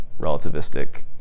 relativistic